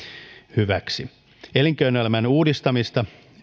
hyväksi elinkeinoelämän uudistamista